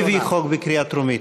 סליחה, מי הביא חוק לקריאה טרומית?